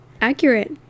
accurate